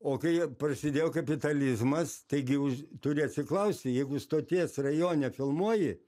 o kai jie prasidėjo kapitalizmas taigi už turi atsiklausti jeigu stoties rajone filmuoji